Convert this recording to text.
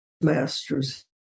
master's